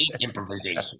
improvisation